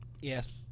Yes